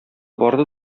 барды